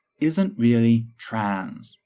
isn't really trans.